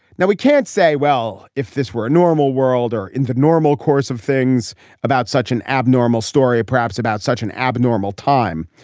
now, we can't say, well, if this were a normal world or in the normal course of things about such an abnormal story, perhaps about such an abnormal time.